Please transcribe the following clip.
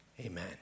Amen